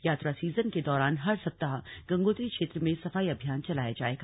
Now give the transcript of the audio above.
यात्रा सीजन के दौरान हर सप्ताह गंगोत्री क्षेत्र में सफाई अभियान चलाया जायेगा